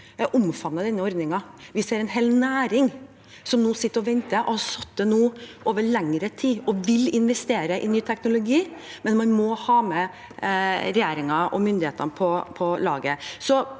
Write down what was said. Rødt omfavner denne ordningen. Vi ser en hel næring som sitter og venter, som over lengre tid har sittet og ventet og vil investere i ny teknologi, men man må ha med regjeringen og myndighetene på laget.